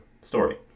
story